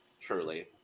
Truly